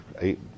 eight